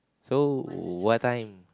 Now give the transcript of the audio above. so what time